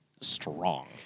strong